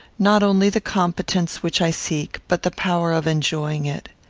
not only the competence which i seek, but the power of enjoying it.